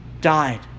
died